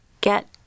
get